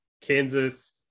Kansas